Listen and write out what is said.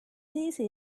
easy